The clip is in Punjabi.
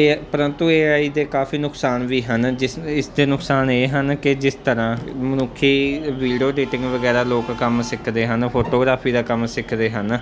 ਏ ਪ੍ਰੰਤੂ ਏਆਈ ਦੇ ਕਾਫੀ ਨੁਕਸਾਨ ਵੀ ਹਨ ਜਿਸ ਇਸਦੇ ਨੁਕਸਾਨ ਇਹ ਹਨ ਕਿ ਜਿਸ ਤਰ੍ਹਾਂ ਮਨੁੱਖੀ ਵੀਡੀਓ ਅਡੀਟਿੰਗ ਵਗੈਰਾ ਲੋਕ ਕੰਮ ਸਿੱਖਦੇ ਹਨ ਫੋਟੋਗਰਾਫੀ ਦਾ ਕੰਮ ਸਿੱਖਦੇ ਹਨ